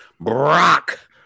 Brock